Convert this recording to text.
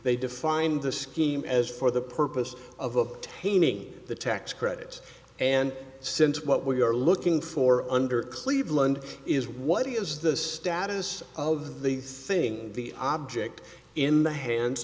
they defined the scheme as for the purpose of obtaining the tax credit and since what we are looking for under cleveland is what is the status of the thing the object in the hands